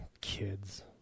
kids